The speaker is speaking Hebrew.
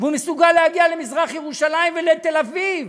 והוא מסוגל להגיע למזרח-ירושלים ולתל-אביב.